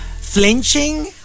Flinching